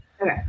okay